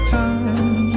time